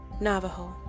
Navajo